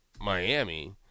Miami